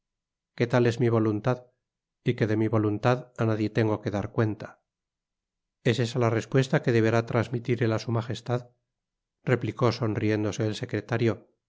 que tal es mi voluntad y que de mi voluntad á nadie tengo que dar cuenta es esa la respuesta que deberá trasmitir él á su magostad replico sonriéndose el secretario